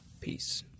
Peace